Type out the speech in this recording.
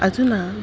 अधुना